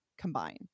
combine